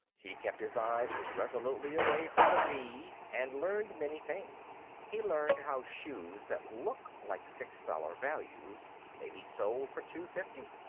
he kept his eyes resolutely away from the v, and learned many things. he learned how shoes that look like six dollar values may be sold for two-fifty.